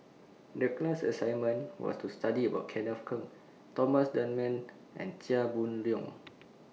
The class assignment was to study about Kenneth Keng Thomas Dunman and Chia Boon Leong